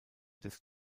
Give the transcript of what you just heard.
des